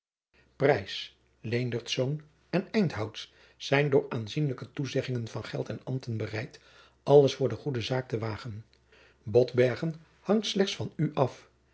en eyndhouts zijn door aanzienlijke toezeggingen van geld en ambten bereid alles voor de goede zaak te wagen botbergen hangt slechts van u af